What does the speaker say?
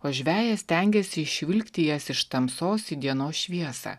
o žvejas stengiasi išvilkti jas iš tamsos į dienos šviesą